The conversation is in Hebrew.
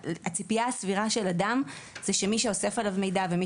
הציפייה הסבירה של אדם זה שמי שאוסף עליו מידע ומי